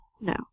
No